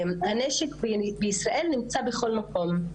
הנשק בישראל נמצא בכל מקום.